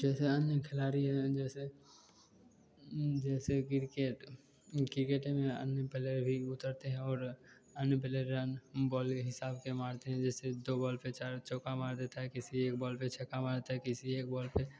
जैसे अन्य खिलाड़ी हैं जैसे जैसे किर्केट क्रिकेट में आदमी पहले भी उतरते हैं और अन्य प्लेयर रन बोलर के हिसाब से मारते हैं जैसे दो बॉल पर चार चौका मार देता है किसी एक बॉल पर छक्का मार देता है किसी एक बॉल पर